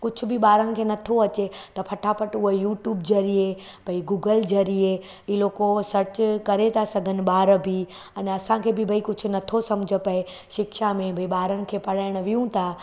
कुछ बि ॿारनि खे नथो अचे त फटाफट हुअ यूट्यूब ज़रिए भई गूगल ज़रिए इलोको सर्च करे था सघनि ॿार बि अञा असांखे भई कुछ नथो सम्झि पए शिक्षा में बि ॿारनि खे पढ़ाइनि वेहूं था